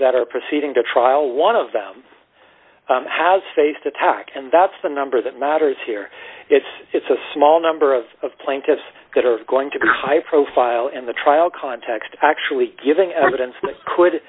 that are proceeding to trial one of them has faced attack and that's the number that matters here it's it's a small number of plaintiffs that are going to be high profile in the trial context actually giving evidence t